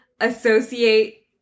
associate